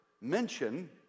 mention